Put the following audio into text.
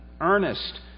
earnest